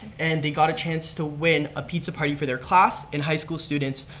and they got a chances to win a pizza party for their class and high schools students,